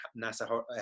Nasa